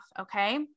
okay